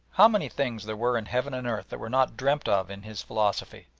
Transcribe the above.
how many things there were in heaven and earth that were not dreamt of in his philosophy!